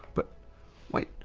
but wait,